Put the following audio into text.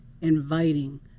inviting